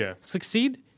succeed